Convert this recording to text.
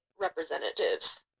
representatives